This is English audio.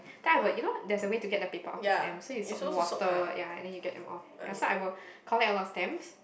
then I would you know there a way to get the paper off the stamp so you soak with water ya and then you get in off so I will collect a lot of stamps